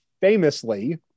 famously